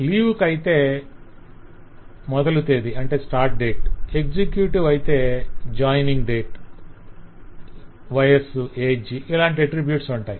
leave కు అయితే 'మొదలు తేదీ' 'start date' ఎగ్జిక్యూటివ్ అయితే 'చేరిన తేదీ' 'joining date' 'వయస్సు' 'age' ఇలాంటి అట్రిబ్యూట్స్ ఉంటాయి